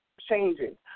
changing